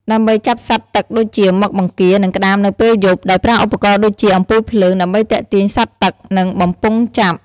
ដើម្បីចាប់សត្វទឹកដូចជា មឹក បង្គារ និងក្តាមនៅពេលយប់ ដោយប្រើឧបករណ៍ដូចជា អំពូលភ្លើងដើម្បីទាក់ទាញសត្វទឹក និងបំពង់ចាប់។